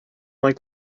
like